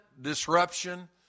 disruption